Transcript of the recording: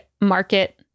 market